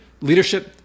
leadership